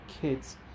kids